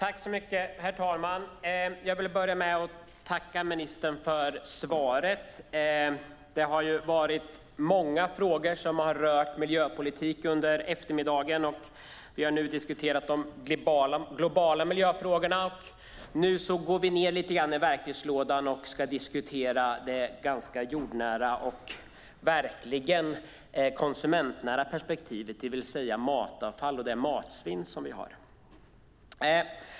Herr talman! Jag vill börja med att tacka ministern för svaret. Det har varit många frågor som har rört miljöpolitik under eftermiddagen. Vi har diskuterat de globala miljöfrågorna. Nu går vi ned lite grann i verktygslådan och ska diskutera det ganska jordnära och konsumentnära perspektivet, det vill säga matavfall och det matsvinn som vi har.